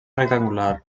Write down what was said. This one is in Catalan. rectangular